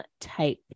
type